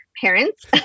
parents